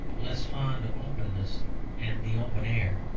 less fond of openness and the open air.